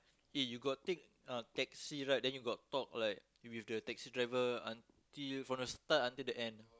eh you got take uh taxi right then you got talk like with the taxi driver until from the start until the end